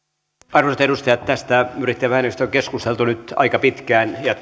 arvoisat edustajat tästä yrittäjävähennyksestä on keskusteltu nyt aika pitkään ja